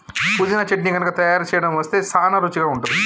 పుదీనా చట్నీ గనుక తయారు సేయడం అస్తే సానా రుచిగా ఉంటుంది